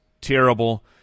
terrible